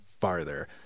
farther